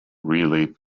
really